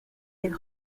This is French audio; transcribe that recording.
est